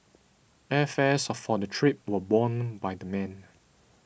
airfares for the trip were borne by the men